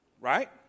Right